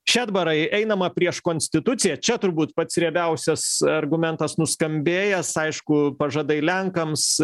šedbarai einama prieš konstituciją čia turbūt pats riebiausias argumentas nuskambėjęs aišku pažadai lenkams